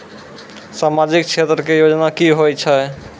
समाजिक क्षेत्र के योजना की होय छै?